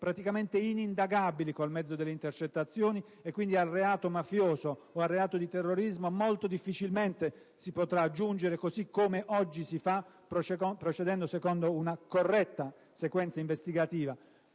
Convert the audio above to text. praticamente inindagabili con il mezzo delle intercettazioni e, quindi, al reato mafioso o al reato di terrorismo molto difficilmente si potrà giungere, così come oggi si fa, procedendo secondo una corretta sequenza investigativa.